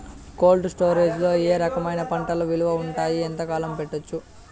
Cold storage లో ఏ రకమైన పంటలు నిలువ ఉంటాయి, ఎంతకాలం పెట్టొచ్చు?